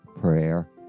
prayer